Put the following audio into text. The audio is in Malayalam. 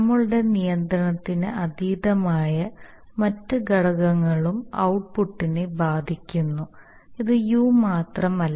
നമ്മളുടെ നിയന്ത്രണത്തിന് അതീതമായ മറ്റ് ഘടകങ്ങളും ഔട്ട്പുട്ടിനെ ബാധിക്കുന്നു ഇത് u മാത്രമല്ല